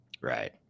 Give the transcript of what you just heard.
right